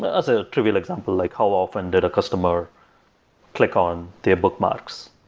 ah as a trivial example, like how often did a customer click on their bookmarks?